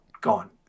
gone